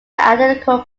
identical